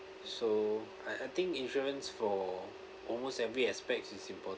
so I I think insurance for almost every aspect is important